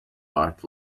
art